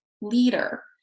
leader